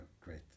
great